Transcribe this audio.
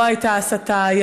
לא הייתה הסתה,